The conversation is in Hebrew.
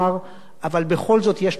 אבל בכל זאת יש לזה ריח של שתן,